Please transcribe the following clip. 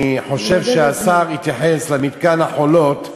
אני חושב שהשר התייחס למתקן "חולות"